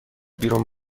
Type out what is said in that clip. بیرون